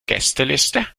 gästeliste